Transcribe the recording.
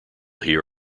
hear